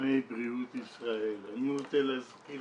אני רוצה להזכיר